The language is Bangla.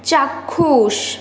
চাক্ষুষ